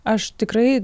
aš tikrai